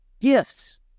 gifts